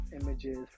images